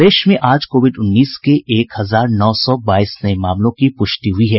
प्रदेश में आज कोविड उन्नीस के एक हजार नौ सौ बाईस नये मामलों की पुष्टि हुई है